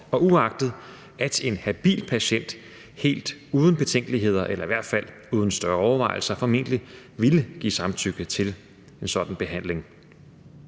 og uagtet at en habil patient helt uden betænkeligheder eller i hvert fald uden større overvejelser formentlig ville give samtykke til en sådan behandling.